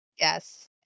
Yes